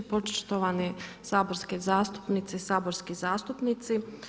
Poštovani saborske zastupnice i saborski zastupnici.